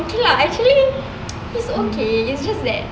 okay lah actually he's okay it's just that